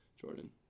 Jordan